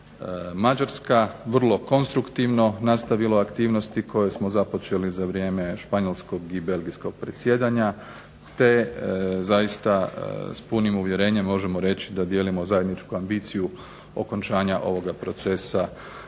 Mađarska, vrlo konstruktivno nastavilo aktivnosti koje smo započeli za vrijeme Španjolskog i Belgijskog predsjedanja, te s punim uvjerenjem možemo reći da dijelimo zajedničku ambiciju okončavanja ovog procesa